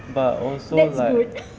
but also like